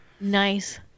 Nice